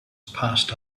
passed